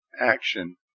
action